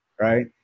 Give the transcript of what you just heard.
right